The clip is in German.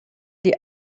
die